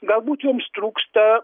galbūt joms trūksta